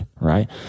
Right